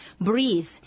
Breathe